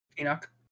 Enoch